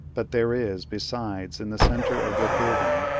but there is, besides, in the centre of the building,